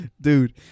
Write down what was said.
Dude